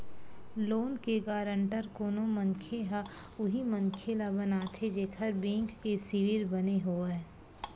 loan के guarantor कोनो मनखे ह उही मनखे ल बनाथे जेखर बेंक के सिविल बने होवय